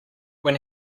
when